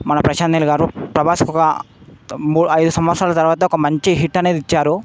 మన ప్రశాంత్ నీల్ గారు ప్రభాస్కి ఒక మూడు ఐదు సంవత్సరాల తర్వాత ఒక మంచి హిట్ అనేది ఇచ్చారు